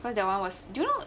cause that [one] was do you know